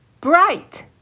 Bright